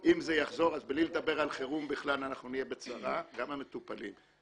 אז בלי לדבר על חירום בכלל אנחנו נהיה בצרה וגם המטופלים יהיו בצרה.